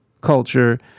culture